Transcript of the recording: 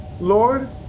Lord